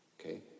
Okay